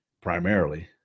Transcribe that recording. primarily